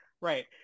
Right